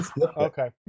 Okay